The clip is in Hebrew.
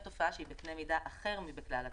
תופעה שהיא בקנה מידה אחר מאשר קיימת בכלל הציבור.